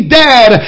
dad